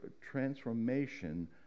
transformation